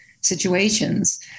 situations